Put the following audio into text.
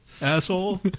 asshole